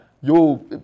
Yo